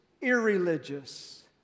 irreligious